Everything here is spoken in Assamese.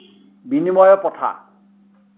বিনিময়ৰ প্ৰথা